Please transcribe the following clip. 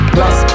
Plus